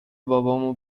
بابامو